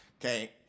Okay